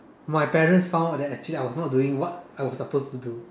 my parents found out that actually I was not doing what I was supposed to do